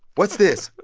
what's this?